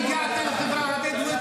מתי הגעת לחברה הערבית?